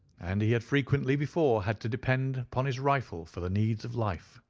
and he had frequently before had to depend upon his rifle for the needs of life.